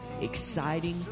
exciting